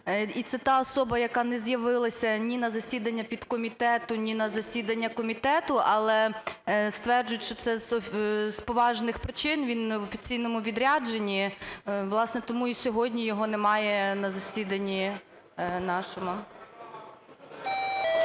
і це та особа, яка не з'явилася ні на засідання підкомітету, ні на засідання комітету. Але стверджують, що це з поважних причин, він в офіційному відрядженні. Власне, тому і сьогодні його немає на засіданні нашому.